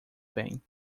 bem